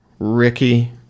Ricky